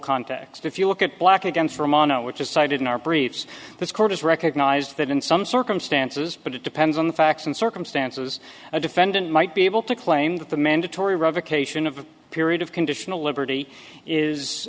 context if you look at black again for a mano which is cited in our briefs this court has recognized that in some circumstances but it depends on the facts and circumstances a defendant might be able to claim that the mandatory revocation of a period of conditional liberty is